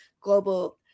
global